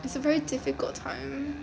it's a very difficult time